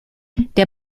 der